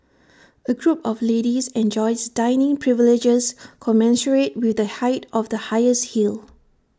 A group of ladies enjoys dining privileges commensurate with the height of the highest heel